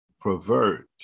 pervert